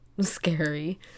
scary